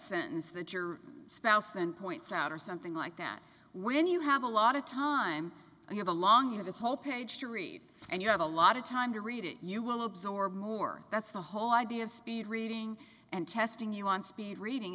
sentence that your spouse then points out or something like that when you have a lot of time you have a longer this whole page to read and you have a lot of time to read it you will absorb more that's the whole idea of speed reading and testing you on speed reading